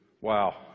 wow